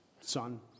son